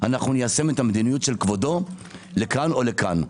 ניישם את המדיניות של כבודו לכאן או לכאן.